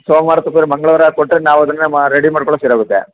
ಸೋಮವಾರ ತಪ್ಪಿದ್ರೆ ಮಂಗ್ಳವಾರ ಕೊಟ್ಟರೆ ನಾವು ಅದನ್ನು ಮಾ ರೆಡಿ ಮಾಡ್ಕೊಳಕ್ಕೆ ಸರಿಯಾಗುತ್ತೆ